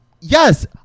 yes